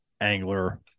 angler